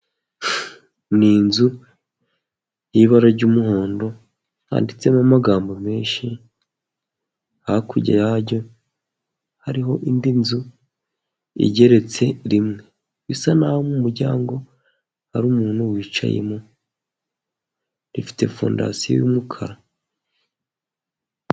Ni inzu y'ibara ry'umuhondo. Handitsemo amagambo menshi, hakurya yayo hariho indi nzu igeretse rimwe. Bisa n'aho mu muryango hari umuntu wicayemo, ifite fondasiyo y'umukara.